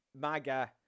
MAGA